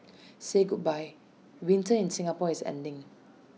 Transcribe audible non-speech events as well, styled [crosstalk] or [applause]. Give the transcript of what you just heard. [noise] say goodbye winter in Singapore is ending